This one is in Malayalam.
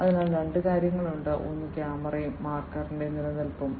അതിനാൽ രണ്ട് കാര്യങ്ങളുണ്ട് ഒന്ന് ക്യാമറയും മാർക്കറിന്റെ നിലനിൽപ്പും